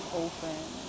open